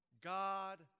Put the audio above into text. God